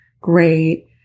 great